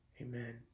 Amen